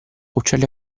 uccelli